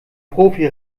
profi